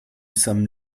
some